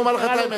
אומר לך את האמת,